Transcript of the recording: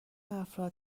افراد